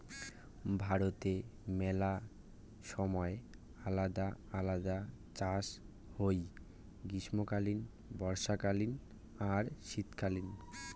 ভারতে মেলা সময় আলদা আলদা চাষ হই গ্রীষ্মকালীন, বর্ষাকালীন আর শীতকালীন